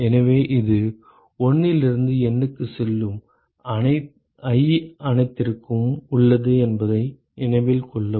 எனவே இது 1 இலிருந்து N க்கு செல்லும் i அனைத்திற்கும் உள்ளது என்பதை நினைவில் கொள்ளவும்